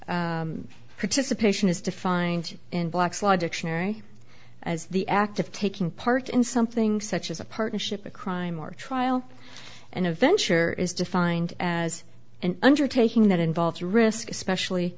participation is defined in black's law dictionary as the act of taking part in something such as a partnership a crime or trial and a venture is defined as an undertaking that involves risk especially